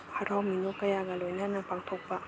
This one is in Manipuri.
ꯍꯔꯥꯎ ꯃꯤꯅꯣꯛ ꯀꯌꯥꯒ ꯂꯣꯏꯅꯅ ꯄꯥꯡꯊꯣꯛꯄ